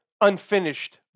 unfinished